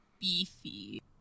beefy